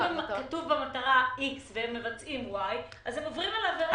כתוב מטרה x והם מבצעים y, הם עוברים עבירה.